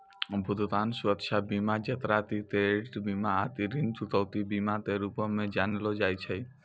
भुगतान सुरक्षा बीमा जेकरा कि क्रेडिट बीमा आकि ऋण चुकौती बीमा के रूपो से जानलो जाय छै